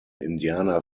indiana